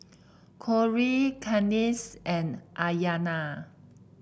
Corrie Kadence and Ayanna